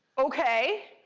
ok.